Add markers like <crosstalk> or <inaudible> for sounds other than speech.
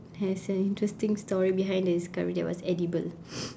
has an interesting story behind the discovery that it was edible <noise>